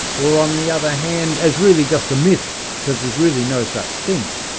or on the other hand, as really just a myth that there's really no such thing,